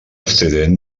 estrident